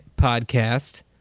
podcast